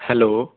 hello